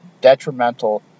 detrimental